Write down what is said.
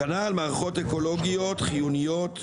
הגנה על מערכות אקולוגיות חיוניות,